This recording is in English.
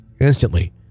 Instantly